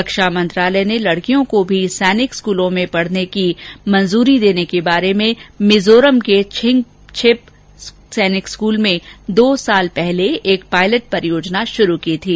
रक्षा मंत्रालय ने लडकियों को भी सैनिक स्कूलों में पढने की मंजूरी देने को बारे में मिजोरम के छिंगछिप सैनिक स्कूल में दो साल पहले एक पायलट परियोजना शुरू की थी